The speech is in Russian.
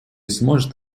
сможет